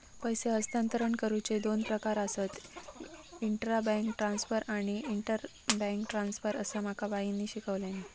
पैसे हस्तांतरण करुचे दोन प्रकार आसत, इंट्रा बैंक ट्रांसफर आणि इंटर बैंक ट्रांसफर, असा माका बाईंनी शिकवल्यानी